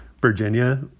Virginia